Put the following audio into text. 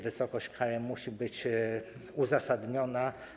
Wysokość kary musi być uzasadniona.